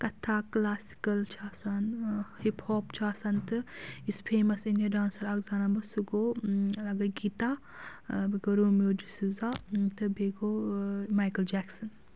کَتھا کٕلاسِکَل چھِ آسان ہِپ ہاپ چھُ آسان تہٕ یُس فیمَس اِنڈیا ڈانٛسَر اَکھ زانان بہٕ سُہ گوٚو اکھ گٔے گیٖتا بیٚیہِ گوٚو رومیو ڈِسوٗزا تہٕ بیٚیہِ گوٚو مایِکٕل جَیکسَن